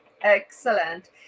Excellent